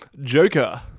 Joker